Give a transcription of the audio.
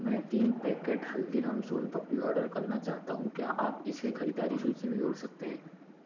मैं तीन packet Haldiram soan papdi order करना चाहता हूँ क्या आप इसे खरीददारी सूची में जोड़ सकते हैं